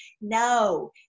No